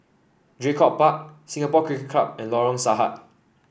Draycott Park Singapore Cricket Club and Lorong Sarhad